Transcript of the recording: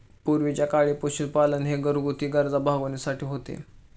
पूर्वीच्या काळी पशुपालन हे घरगुती गरजा भागविण्यासाठी होते